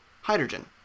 hydrogen